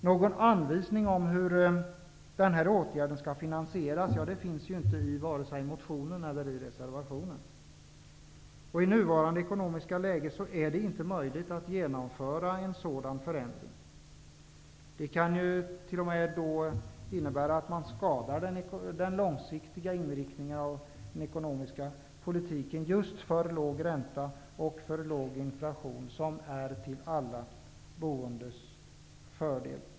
Någon anvisning om hur den här åtgärden skall finansieras finns inte i vare sig motionen eller reservationen. I nuvarande ekonomiska läge är det inte möjligt att genomföra en sådan förändring. Det kan t.o.m. innebära att man skadar den långsiktiga inriktningen av den ekonomiska politiken, med låg ränta och låg inflation, som är till alla boendes fördel.